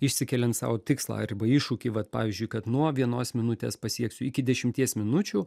išsikeliant sau tikslą arba iššūkį vat pavyzdžiui kad nuo vienos minutės pasieksiu iki dešimties minučių